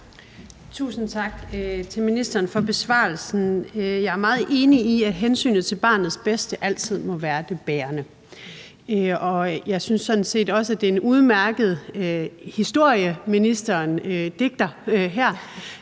Tusind tak til ministeren for besvarelsen. Jeg er meget enig i, at hensynet til barnets bedste altid må være det bærende. Jeg synes sådan set også, det er en udmærket historie, ministeren digter her,